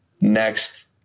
next